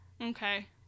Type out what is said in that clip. Okay